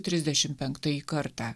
trisdešim penktąjį kartą